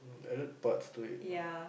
added buds to it ah